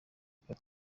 butera